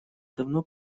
давно